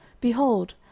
Behold